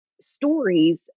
stories